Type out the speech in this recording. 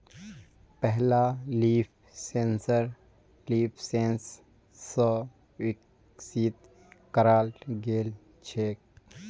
पहला leaf sensor leafsense स विकसित कराल गेल छेक